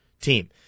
team